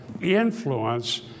influence